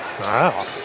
Wow